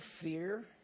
fear